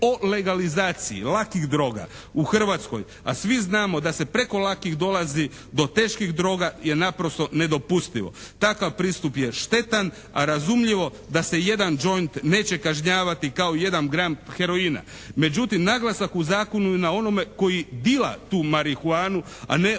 o legalizaciji lakih droga u Hrvatskoj, a svi znamo da se preko lakih dolazi do teških droga je naprosto nedopustivo. Takav pristup je štetan, a razumljivo da se jedan joint neće kažnjavati kao jedan gram heroina. Međutim naglasak u zakonu je na onome koji dila tu marihuanu, a ne onaj